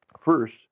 First